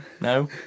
No